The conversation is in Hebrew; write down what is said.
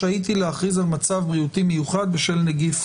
רשאית היא להכריז על מצב בריאותי מיוחד בשל נגיף